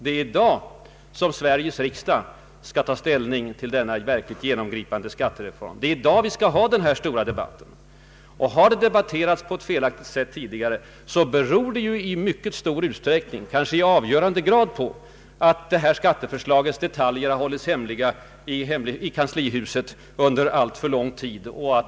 Det är i dag som Sveriges riksdag skall ta ställning till denna verkligt genomgripande s.k. skattereform. Det är i dag vi skall ha den stora debatten. Har frågan debatterats på ett felaktigt sätt tidigare, beror det i stor utsträckning, kanske i avgörande grad, på att skatteförslagets detaljer har hållits hemliga i kanslihuset, från vilket bara vissa avsnitt sipprat ut.